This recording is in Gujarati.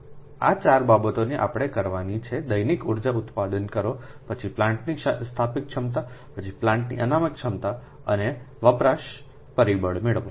આ 4 બાબતો આપણને કરવાની છે દૈનિક ઉર્જા ઉત્પન્ન કરો પછી પ્લાન્ટની સ્થાપિત ક્ષમતા પછી પ્લાન્ટની અનામત ક્ષમતા અને ડી વપરાશ પરિબળ મેળવો